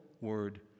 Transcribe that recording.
word